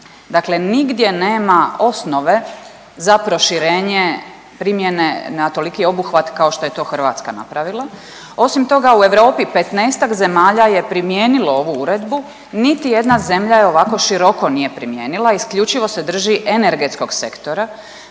Dakle, nigdje nema osnove za proširenje primjene na toliki obuhvat kao što je to Hrvatska napravila. Osim toga, u Europi 15-tak zemalja je primijenilo ovu uredbu, niti jedna zemlja je ovako široko nije primijenila, isključivo se drži energetskog sektora,